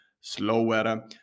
slower